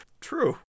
True